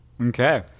Okay